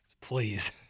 Please